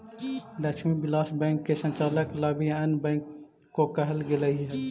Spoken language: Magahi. लक्ष्मी विलास बैंक के संचालन ला भी अन्य बैंक को कहल गेलइ हल